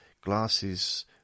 glasses